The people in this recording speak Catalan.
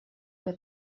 que